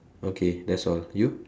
okay that's all you